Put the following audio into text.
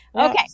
okay